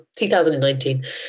2019